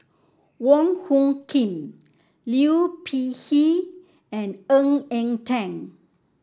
Wong Hung Khim Liu Peihe and Ng Eng Teng